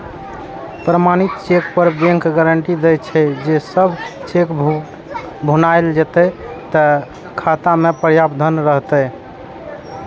प्रमाणित चेक पर bank guarantee दै छे, जे जब चेक भुनाएल जेतै, ते खाता मे पर्याप्त धन रहतै